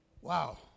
wow